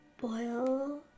boil